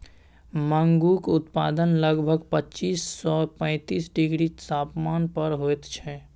मूंगक उत्पादन लगभग पच्चीस सँ पैतीस डिग्री तापमान पर होइत छै